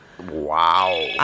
Wow